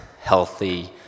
healthy